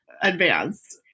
advanced